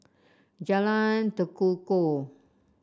Jalan Tekukor